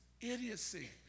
idiocy